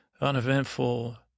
uneventful